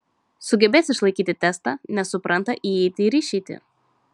sugebės išlaikyti testą nes supranta įeitį ir išeitį